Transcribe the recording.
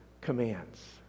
commands